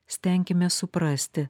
stenkimės suprasti